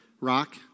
rock